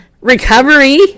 recovery